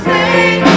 Say